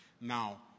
Now